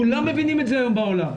כולם מבינים את זה היום בעולם,